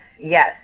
yes